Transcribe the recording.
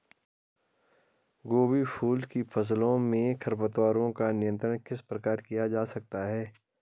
गोभी फूल की फसलों में खरपतवारों का नियंत्रण किस प्रकार किया जा सकता है?